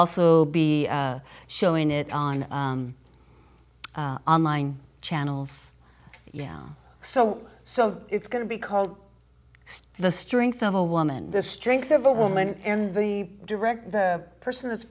also be showing it on online channels yeah so so it's going to be called the strength of a woman the strength of a woman and the director the person that's